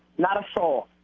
not a soul.